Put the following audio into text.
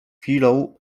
chwilą